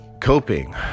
coping